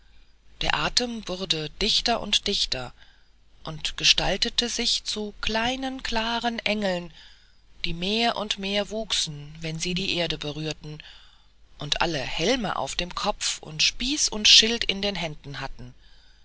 der atem wurde immer dichter und dichter und gestaltete sich zu kleinen klaren engeln die mehr und mehr wuchsen wenn sie die erde berührten und alle helme auf dem kopf und spieß und schild in den händen hatten